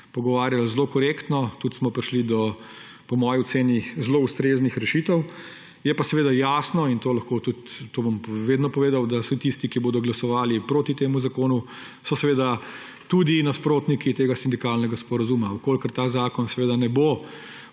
pogovarjali zelo korektno. Tudi smo prišli po moji oceni do zelo ustreznih rešitev. Je pa seveda jasno, in to bom vedno povedal, da tisti, ki bodo glasovali proti temu zakonu, so tudi nasprotniki tega sindikalnega sporazuma. Če ta zakon ne bo